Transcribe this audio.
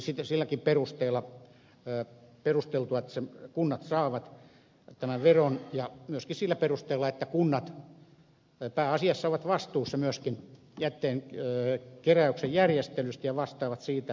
olisi silläkin perusteella perusteltua että kunnat saavat tämän veron ja myöskin sillä perusteella että kunnat pääasiassa ovat vastuussa myöskin jätteen keräyksen järjestelystä ja vastaavat siitä